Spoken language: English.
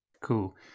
Cool